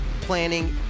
planning